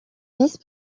vice